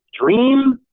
dream